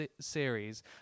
series